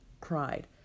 cried